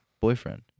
boyfriend